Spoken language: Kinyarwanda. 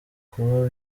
kuba